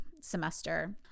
semester